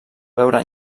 veure